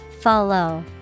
Follow